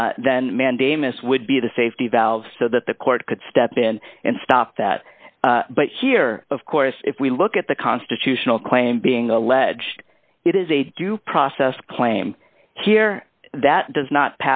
n then mandamus would be the safety valve so that the court could step in and stop that but here of course if we look at the constitutional claim being alleged it is a due process claim here that does not